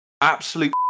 absolute